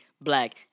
black